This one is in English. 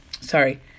Sorry